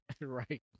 Right